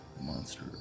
Monster